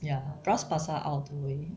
ya bras basah out of the way